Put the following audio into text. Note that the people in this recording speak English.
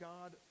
God